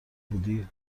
بودی